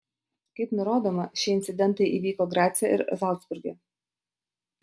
kaip nurodoma šie incidentai įvyko grace ir zalcburge